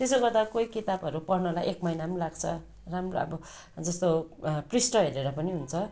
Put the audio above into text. त्यसो गर्दा कोही किताबहरू पढ्नलाई एक महिना पनि लाग्छ राम्रो अब जस्तो पृष्ठ हेरेर पनि हुन्छ